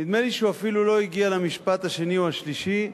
נדמה לי שהוא אפילו לא הגיע למשפט השני או השלישי,